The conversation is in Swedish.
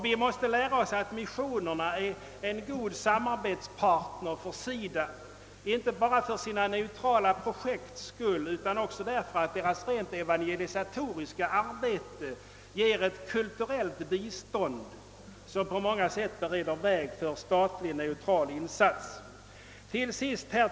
Vi måste lära oss att missionen är en god samarbetspartner för SIDA, inte bara för sina neutrala projekts skull utan också därför att dess rent evangeliserande arbete gör en kulturell insats som på många sätt bereder väg för statlig neutral insats. Herr talman!